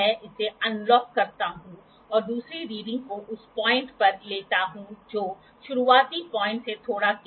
तो हम जो हम यह कहने की कोशिश कर रहे हैं कि आपके पास एक साइन बार होगा इसलिए आपके पास एक साइन बार होगा